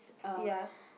ya